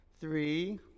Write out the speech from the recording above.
three